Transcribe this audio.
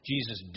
Jesus